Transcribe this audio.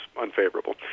unfavorable